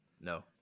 No